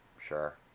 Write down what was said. Sure